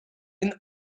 and